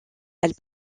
elle